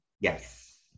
Yes